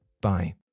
Bye